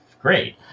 great